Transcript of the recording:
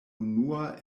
unua